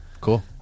Cool